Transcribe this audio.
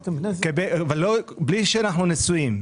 בלי שאנחנו נשואים.